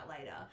later